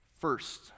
First